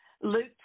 Luke